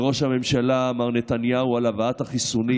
לראש הממשלה מר נתניהו על הבאת החיסונים.